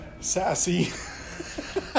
sassy